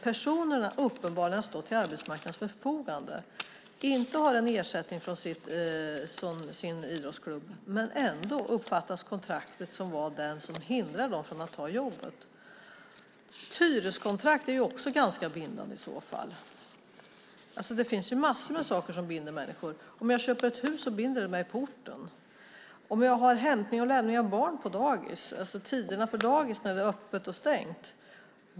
Personerna har uppenbarligen stått till arbetsmarknadens förfogande. De har inte någon ersättning från sin idrottsklubb, men ändå uppfattas kontraktet som något som hindrade dem från att ta jobb. Ett hyreskontrakt är också ganska bindande, i så fall. Det finns massor med saker som binder människor. Om jag köper ett hus binder det mig på orten. Jag kanske har hämtning och lämning av barn på dagis. Det handlar om tiderna för dagis - när det är öppet och stängt.